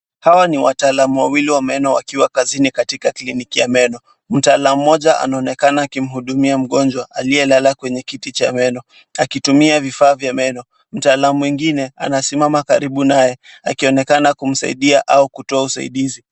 Hawa ni wataalamu wawili wa meno wakiwa kazini katika kliniki ya meno. Mtaalamu mmoja anaonekana akimhudumia mgonjwa aliyelala kwenye kiti cha meno, akitumia vifaa vya meno. Mtaalamu mwingine anasimama karibu naye akionekana kumsaidia au kutoa usaidizi.